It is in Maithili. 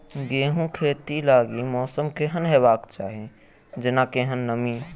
गेंहूँ खेती लागि मौसम केहन हेबाक चाहि जेना केहन नमी?